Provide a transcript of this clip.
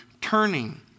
turning